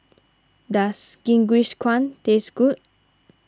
does Jingisukan taste good